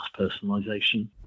personalization